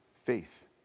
faith